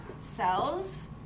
cells